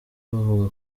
bavuga